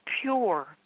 pure